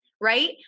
Right